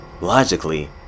Logically